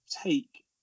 take